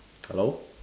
hello